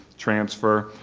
transfer?